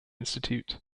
institute